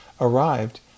arrived